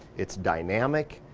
it's dynamic,